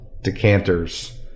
decanters